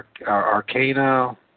Arcana